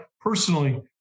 personally